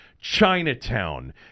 Chinatown